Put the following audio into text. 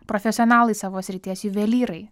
profesionalai savo srities juvelyrai